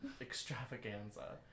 Extravaganza